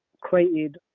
created